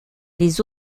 les